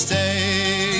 Stay